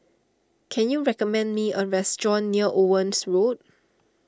can you recommend me a restaurant near Owen Road